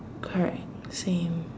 correct same